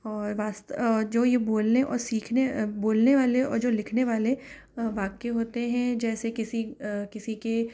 और वास्त जो यह बोलने और सीखने बोलने वाले और जो लिखने वाले वाक्य होते हैं जैसे किसी किसी के